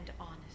honest